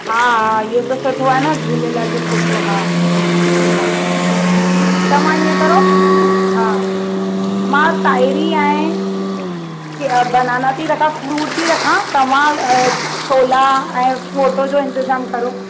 हा इहो त सुठो आहे न झूलेलाल जो फोटो हा हा तव्हां ईअं करो हा मां ताहिरी ऐं बनाना थी रखां फ्रूट थी रखां तव्हां छोला ऐं फोटो जो इंतज़ाम करो